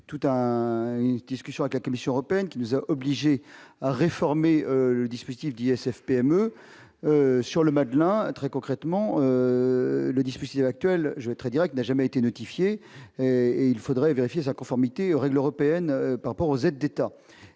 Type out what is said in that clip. tout à une discussion a Commission européenne qui nous a obligés à réformer le dispositif d'ISF PME sur le Madelin très concrètement le difficile actuelle je vais très directe n'a jamais été notifiée et il faudrait vérifier sa conformité aux règles européennes par rapport aux aides d'État